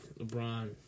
LeBron